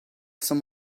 some